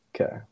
Okay